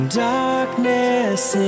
darkness